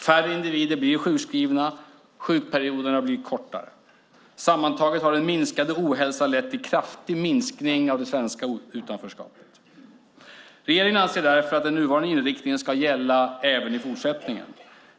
Färre individer blir sjukskrivna, och sjukperioderna har blivit kortare. Sammantaget har den minskade ohälsan lett till en kraftig minskning av utanförskapet. Regeringen anser därför att den nuvarande inriktningen ska gälla även i fortsättningen.